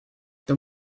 then